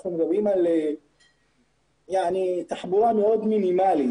אנחנו מדברים על תחבורה מאוד מינימלית,